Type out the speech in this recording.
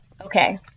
okay